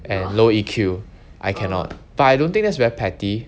and low E_Q I cannot but I don't think that's very petty